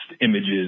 images